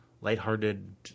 lighthearted